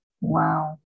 wow